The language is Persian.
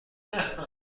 بگم